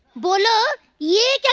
buffalo yeah yeah